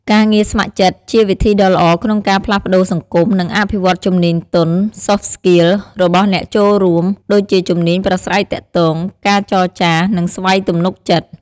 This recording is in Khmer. ការងារស្ម័គ្រចិត្ត ជាវិធីដ៏ល្អក្នុងការផ្លាស់ប្តូរសង្គម និងអភិវឌ្ឍជំនាញទន់ (soft skills) របស់អ្នកចូលរួម ដូចជាជំនាញប្រាស្រ័យទាក់ទង ការចរចា និងស្វ័យទំនុកចិត្ត។